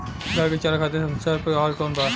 गाय के चारा खातिर सबसे अच्छा पशु आहार कौन बा?